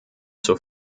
zur